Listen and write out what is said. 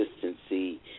consistency